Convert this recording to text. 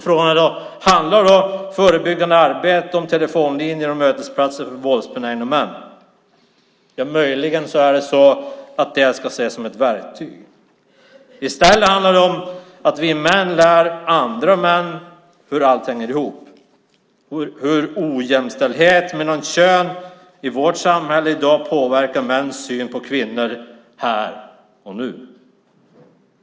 Frågan är då: Handlar förebyggande arbete om telefonlinjer och mötesplatser för våldsbenägna män? Ja, möjligen ska de ses som ett verktyg, men i stället handlar det om att vi män lär andra män hur allt hänger ihop - hur ojämställdhet mellan könen i vårt samhälle i dag påverkar mäns syn på kvinnor här och nu.